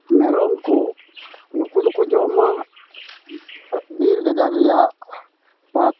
ᱢᱮᱨᱚᱢ ᱠᱚ ᱱᱩᱠᱩ ᱫᱚᱠᱚ ᱡᱚᱢᱟ ᱵᱤᱨ ᱜᱟᱡᱟᱲ ᱨᱮᱭᱟᱜ ᱯᱟᱛ